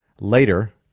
later